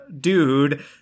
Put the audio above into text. dude